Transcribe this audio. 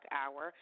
hour